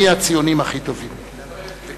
למי הציונים הכי טובים וכמה.